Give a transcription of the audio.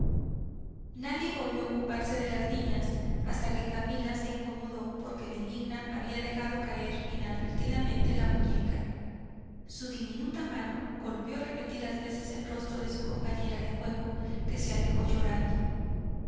nadie volvió a ocuparse de las niñas hasta que camila se incomodó porque benigna había dejado caer inadvertidamente la muñeca su diminuta mano golpeó repetidas veces el rostro de su compañera de juego que se alejó llorando